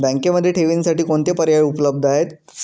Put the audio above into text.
बँकेमध्ये ठेवींसाठी कोणते पर्याय उपलब्ध आहेत?